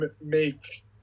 make